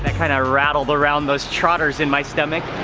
but kind of rattled around those trotters in my stomach.